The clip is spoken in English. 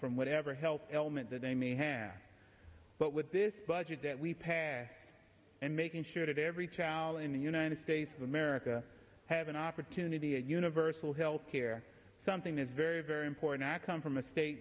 from whatever health element that i may have but with this budget that we passed and making sure that every child in the united states of america have an opportunity a universal health care something is very very important i can from a state